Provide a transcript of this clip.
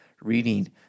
reading